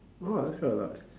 !wah! that's quite a lot